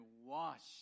washed